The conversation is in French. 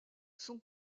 son